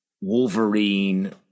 Wolverine